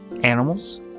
animals